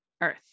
earth